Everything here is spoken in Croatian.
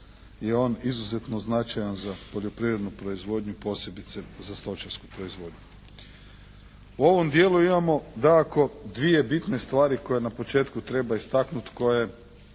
je on izuzetno značajan za poljoprivrednu proizvodnju, posebice za stočarsku proizvodnju. U ovom dijelu imamo dakako dvije bitne stvari koje na početku treba istaknuti, koje